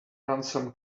ransom